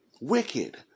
wicked